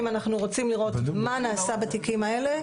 אם אנחנו רוצים לראות מה נעשה בתיקים האלה,